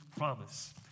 promise